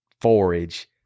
forage